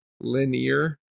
Linear